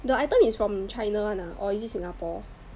the item is from China [one] ah or is it Singapore